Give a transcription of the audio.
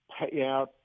payout